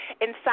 inside